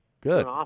Good